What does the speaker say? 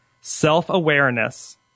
self-awareness